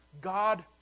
God